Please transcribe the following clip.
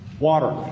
Water